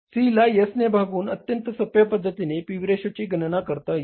C ला S ने भागून अत्यंत सोप्या पद्धतीने पीव्ही रेशोची गणना करता येते